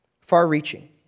far-reaching